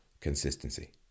consistency